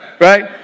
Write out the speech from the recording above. Right